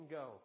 go